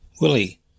willie